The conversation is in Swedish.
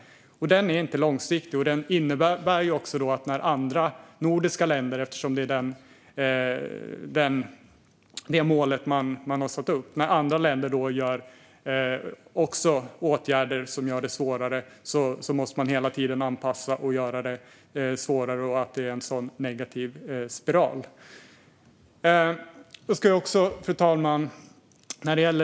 Detta är inte långsiktigt. Det innebär också - eftersom det är detta mål man har satt upp - att man hela tiden måste anpassa det hela och göra det svårare när andra nordiska länder vidtar åtgärder som gör det svårare. Det blir en negativ spiral. Fru talman!